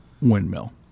windmill